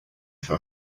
for